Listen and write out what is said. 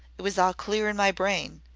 it was all clear in my brain,